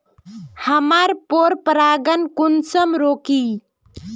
हमार पोरपरागण कुंसम रोकीई?